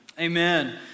Amen